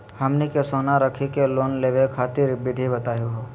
हमनी के सोना रखी के लोन लेवे खातीर विधि बताही हो?